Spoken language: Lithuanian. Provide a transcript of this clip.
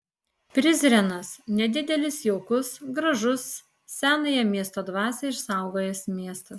prizrenas nedidelis jaukus gražus senąją miesto dvasią išsaugojęs miestas